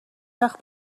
وقت